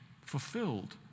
fulfilled